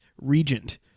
regent